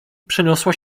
przeniosła